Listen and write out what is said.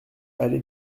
allée